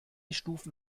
stufen